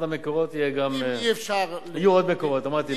אחד המקורות יהיה גם, יהיו עוד מקורות, אמרתי זאת.